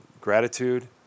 gratitude